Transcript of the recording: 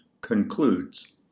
concludes